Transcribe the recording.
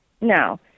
No